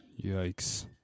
Yikes